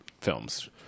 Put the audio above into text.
films